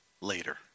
later